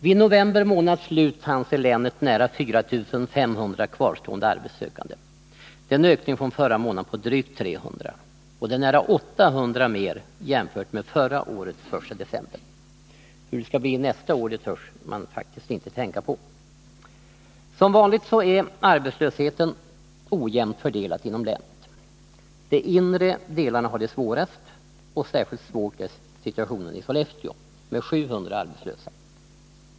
Vid november månads slut fanns i länet nära 4 500 kvarstående arbetssökande. Det är en ökning från förra månaden med drygt 300, och jämfört med den 1 december förra året är ökningen nära 800. Hur det skall bli nästa år törs man faktiskt inte tänka på. Som vanligt är arbetslösheten ojämnt fördelad inom länet. De inre delarna har det svårast. Särskilt svår är situationen i Sollefteå, som har 700 arbetslösa.